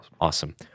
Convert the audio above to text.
Awesome